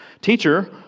Teacher